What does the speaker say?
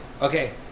Okay